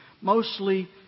mostly